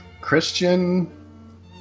Christian